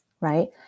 right